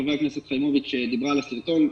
חברת הכנסת חיימוביץ' דיברה על הסרטון.